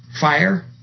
fire